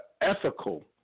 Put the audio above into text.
ethical